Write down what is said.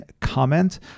comment